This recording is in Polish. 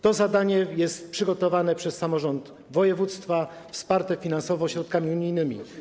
To zadanie jest przygotowane przez samorząd województwa, wsparte finansowo środkami unijnymi.